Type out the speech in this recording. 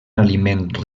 aliment